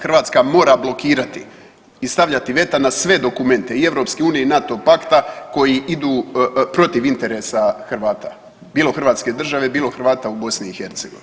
Hrvatska mora blokirati i stavljati veta na sve dokumente i EU i NATO pakta koji idu protiv interesa Hrvata, bilo hrvatske države, bilo Hrvata u BiH.